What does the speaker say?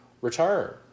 return